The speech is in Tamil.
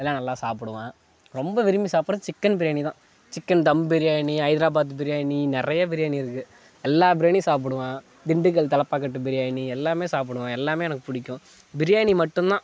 எல்லாம் நல்லா சாப்பிடுவேன் ரொம்ப விரும்பி சாப்பிடுறது சிக்கன் பிரியாணி தான் சிக்கன் தம் பிரியாணி ஹைதராபாத் பிரியாணி நிறைய பிரியாணி இருக்குது எல்லாம் பிரியாணியும் சாப்பிடுவேன் திண்டுக்கல் தலப்பாக்கட்டு பிரியாணி எல்லாம் சாப்பிடுவேன் எல்லாம் எனக்கு பிடிக்கும் பிரியாணி மட்டும்தான்